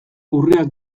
urriak